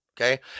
Okay